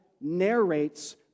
narrates